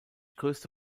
größte